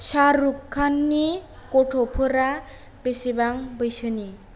शारुक खाननि गथ'फोरा बेसेबां बैसोनि